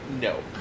No